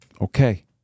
okay